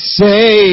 say